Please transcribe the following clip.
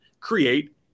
create –